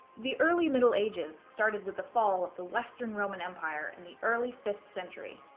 the early middle ages started with the fall of the western roman empire in the early fifth century.